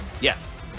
Yes